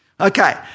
Okay